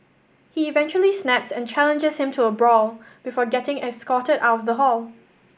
he eventually snaps and challenges him to a brawl before getting escorted out of the hall